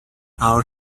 our